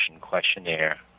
questionnaire